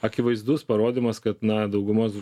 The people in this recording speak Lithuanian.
akivaizdus parodymas kad na daugumos